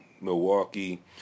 milwaukee